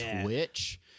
Twitch